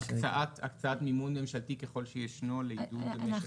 הקצאת מימון ממשלתי ככל שיש לעידוד משק הגז.